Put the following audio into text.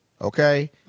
Okay